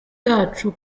yacu